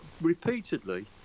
repeatedly